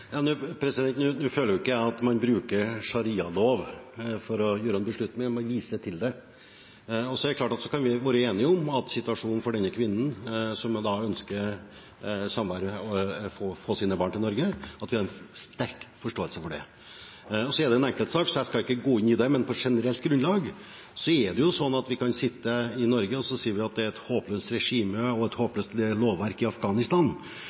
Nå føler ikke jeg at man bruker sharialov for å treffe en beslutning, men man viser til det. Så kan vi være enige om situasjonen for denne kvinnen, som ønsker samvær og å få sine barn til Norge, og vi har sterk forståelse for det. Det er en enkeltsak, så jeg skal ikke gå inn i den, men på generelt grunnlag er det jo sånn at vi kan sitte i Norge og si at det er et håpløst regime og et håpløst lovverk i Afghanistan,